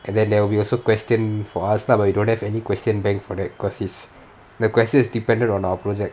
and then there will be also question for us lah but we don't have any question bank for that because it's the question is dependent on our project